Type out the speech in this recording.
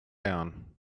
down